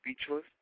Speechless